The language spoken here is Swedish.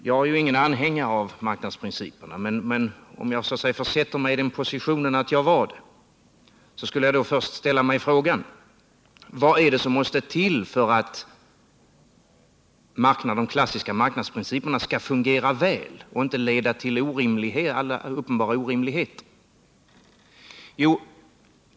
Jag är ju ingen anhängare av marknadsprinciperna, men om jag så att säga försätter mig i den positionen att jag var det, skulle jag först ställa mig frågan: Vad är det som måste till för att de klassiska marknadsprinciperna skall fungera väl och inte leda till uppenbara orimligheter?